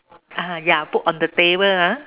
ah ya put on the table ah